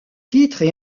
titres